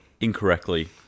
incorrectly